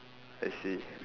I see